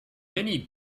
many